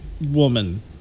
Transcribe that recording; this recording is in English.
woman